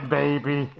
baby